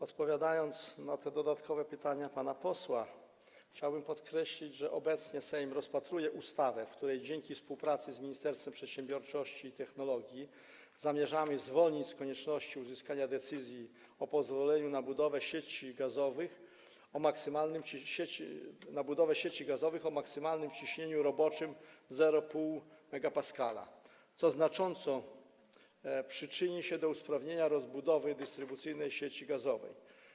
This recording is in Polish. Odpowiadając na te dodatkowe pytania pana posła, chciałbym podkreślić, że obecnie Sejm rozpatruje ustawę, w której dzięki współpracy z Ministerstwem Przedsiębiorczości i Technologii zamierzamy zwolnić z konieczności uzyskania decyzji o pozwoleniu na budowę sieci gazowych o maksymalnym ciśnieniu roboczym 0,5 MPa, co znacząco przyczyni się do usprawnienia rozbudowy dystrybucyjnej sieci gazowej.